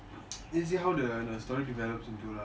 let's see how the story develops into lah